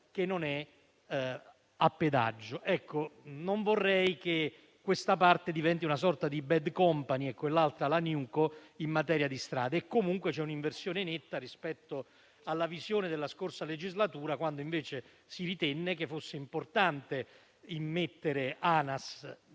che non è a pedaggio. Non vorrei che questa parte diventi una sorta di *bad company* e l'altra diventi la *newco* in materia di strade. In ogni caso, c'è un'inversione netta rispetto alla visione della scorsa legislatura, quando invece si ritenne importante immettere ANAS